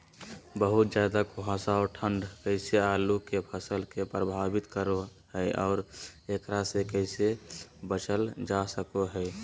बहुत ज्यादा कुहासा और ठंड कैसे आलु के फसल के प्रभावित करो है और एकरा से कैसे बचल जा सको है?